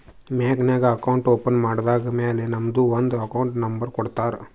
bank ನಾಗ್ account open ಮಾಡದ್ದ್ ಮ್ಯಾಲ ನಮುಗ ಒಂದ್ ಅಕೌಂಟ್ ನಂಬರ್ ಕೊಡ್ತಾರ್